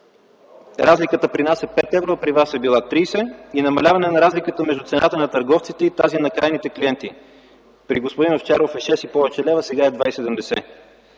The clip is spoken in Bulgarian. Разликата при нас е 5 евро, а при вас е била 30 и намаляване на разликата между цената на търговците и тази на крайните клиенти – при господин Овчаров е 6 и повече лева, сега е 2,70